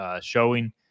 showing